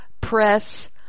press